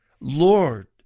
Lord